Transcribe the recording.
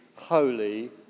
holy